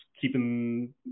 keeping